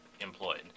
employed